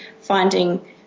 finding